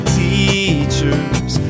teachers